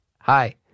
Hi